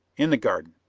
in the garden.